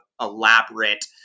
elaborate